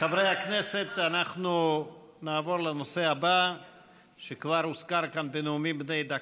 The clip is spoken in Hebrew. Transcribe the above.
חברי הכנסת, נעבור להצעות לסדר-היום בנושא: